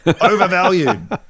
overvalued